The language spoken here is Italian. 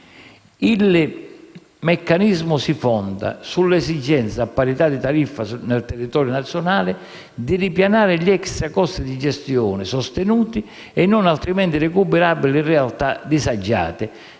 Il meccanismo si fonda sull'esigenza, a parità di tariffa nel territorio nazionale, di ripianare gli extracosti di gestione sostenuti e non altrimenti recuperabili in realtà disagiate